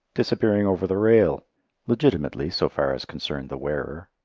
disappearing over the rail legitimately, so far as concerned the wearer.